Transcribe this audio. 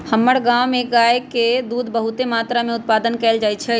हमर गांव में गाय के दूध बहुते मत्रा में उत्पादन कएल जाइ छइ